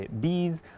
bees